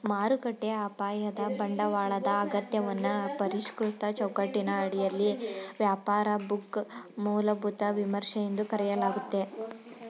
ಮಾರುಕಟ್ಟೆ ಅಪಾಯದ ಬಂಡವಾಳದ ಅಗತ್ಯವನ್ನ ಪರಿಷ್ಕೃತ ಚೌಕಟ್ಟಿನ ಅಡಿಯಲ್ಲಿ ವ್ಯಾಪಾರ ಬುಕ್ ಮೂಲಭೂತ ವಿಮರ್ಶೆ ಎಂದು ಕರೆಯಲಾಗುತ್ತೆ